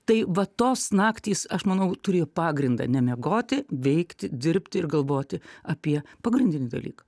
tai va tos naktys aš manau turėjo pagrindą nemiegoti veikti dirbti ir galvoti apie pagrindinį dalyką